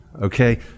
Okay